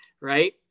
right